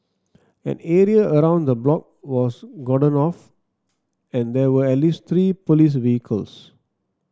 an area around the block was cordoned off and there were at least three police vehicles